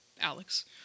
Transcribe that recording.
Alex